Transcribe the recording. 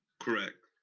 correct.